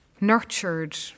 nurtured